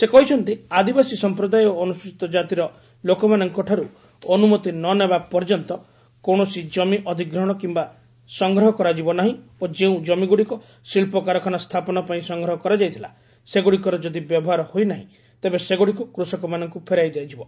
ସେ କହିଛନ୍ତି ଆଦିବାସୀ ସମ୍ପ୍ରଦାୟ ଓ ଅନୁସ୍ତଚୀତ କାତିର ଲୋକମାନଙ୍କ ଠାରୁ ଅନୁମତି ନନେବା ପର୍ଯ୍ୟନ୍ତ କୌଣସି ଜମି ଅଧିଗ୍ରହଣ କିମ୍ବା ସଂଗ୍ରହ କରାଯିବ ନାହିଁ ଓ ଯେଉଁ ଜମିଗୁଡ଼ିକ ଶିଳ୍ପକାରଖାନା ସ୍ଥାପନ ପାଇଁ ସଂଗ୍ରହ କରାଯାଇଥିଲା ସେଗୁଡ଼ିକର ଯଦି ବ୍ୟବହାର ହୋଇନାହିଁ ତେବେ ସେଗୁଡ଼ିକୁ କୃଷକମାନଙ୍କୁ ଫେରାଇ ଦିଆଯିବ